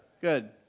Good